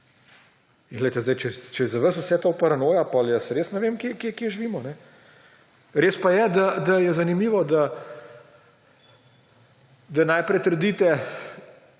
ni paranoja. Če je za vas vse to paranoja, potem jaz res ne vem, kje živimo. Res pa je, da je zanimivo, da najprej trdite,